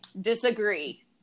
disagree